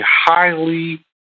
highly